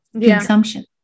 consumption